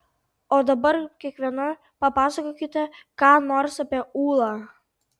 o dabar kiekviena papasakokite ką nors apie ūlą